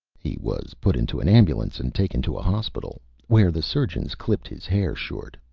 he was put into an ambulance and taken to a hospital, where the surgeons clipped his hair short,